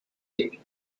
day